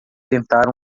tentar